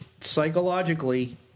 psychologically